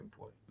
point